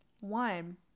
One